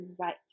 right